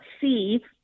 see